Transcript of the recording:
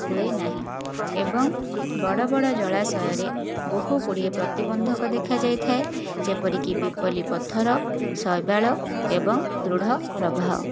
ହୁଏ ନାହିଁ ଏବଂ ବଡ଼ ବଡ଼ ଜଳାଶୟରେ ବହୁ ଗୁଡ଼ିଏ ପ୍ରତିବନ୍ଧକ ଦେଖାଯାଇଥାଏ ଯେପରିକି ପିପଲି ପଥର ଶୈବାଳ ଏବଂ ଦୃଢ଼ ପ୍ରବାହ